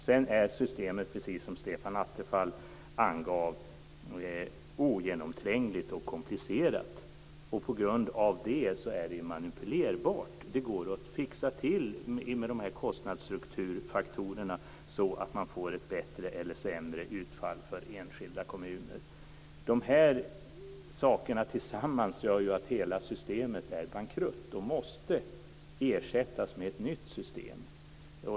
Sedan är systemet, precis som Stefan Attefall angav, ogenomträngligt och komplicerat. På grund av det är det manipulerbart. Det går att fixa till, i och med kostnadsstrukturfaktorerna, så att man får ett bättre eller sämre utfall för enskilda kommuner. Dessa saker tillsammans gör att hela systemet är bankrutt och måste ersättas med ett nytt system.